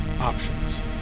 Options